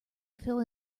fill